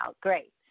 Great